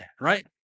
right